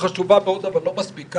היא חשובה מאוד אבל לא מספיקה.